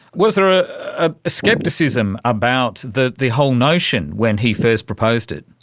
was there a ah scepticism about the the whole notion when he first proposed it?